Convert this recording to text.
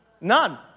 None